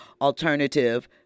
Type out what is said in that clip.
alternative